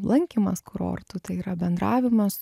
lankymas kurortų tai yra bendravimas